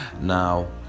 Now